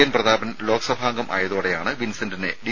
N Prathapan ലോക്സഭാംഗം ആയതോടെയാണ് വിൻസെന്റിനെ ഡി